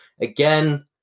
Again